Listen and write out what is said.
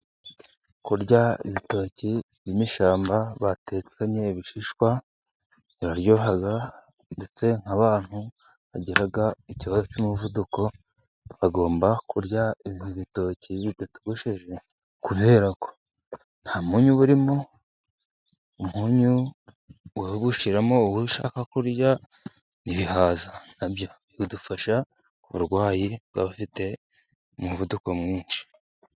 Kurya ibitoki mbyim'ishyamba batekanye ibishishwa biraryoha, ndetse nk'abantu bagira ikibazo cy'umuvuduko bagomba kurya ibi bitoki iyo bidatogosheje kubera ko nta munyu uba urimo, umunyu ahubwo ushyiramo uwo ushaka kurya, ibihaza nabyo bidufasha ku barwayi baba bafite umuvuduko mwinshi.